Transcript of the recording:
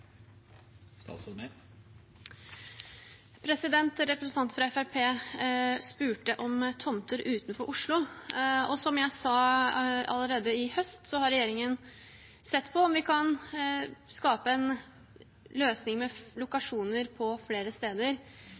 fra Fremskrittspartiet spurte om tomter utenfor Oslo. Som jeg sa allerede i høst, har Regjeringen sett på om vi kan skape en løsning med lokasjon på flere steder.